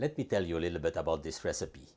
let me tell you a little bit about this recipe